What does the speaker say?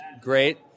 great